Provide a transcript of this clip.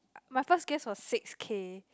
my first guess was six K